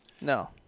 No